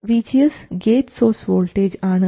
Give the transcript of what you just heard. VGS gate source voltage ആണ്